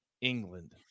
England